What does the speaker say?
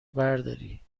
برداری